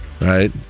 Right